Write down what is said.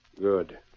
Good